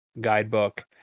guidebook